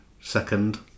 second